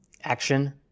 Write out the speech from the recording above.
action